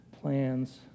Plans